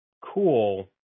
Cool